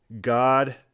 God